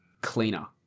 cleaner